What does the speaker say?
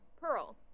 Pearl